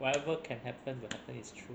whatever can happen will happen it's true